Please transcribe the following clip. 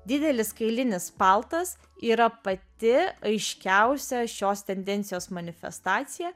didelis kailinis paltas yra pati aiškiausia šios tendencijos manifestacija